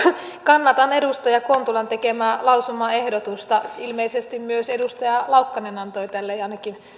kannatan edustaja kontulan tekemää lausumaehdotusta ilmeisesti myös edustaja laukkanen antoi tälle ainakin